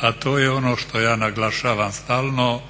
a to je ono što ja naglašavam stalno,